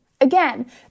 Again